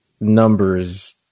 numbers